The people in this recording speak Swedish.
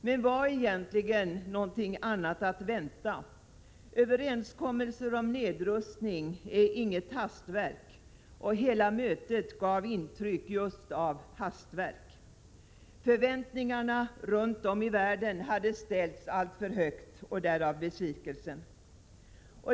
Men var egentligen något annat att vänta? Överenskommelser om nedrustning är inget hastverk, och hela mötet gav intryck av att vara just ett hastverk. Förväntningarna runt om i världen hade ställts alltför högt — därav besvikelsen.